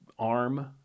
arm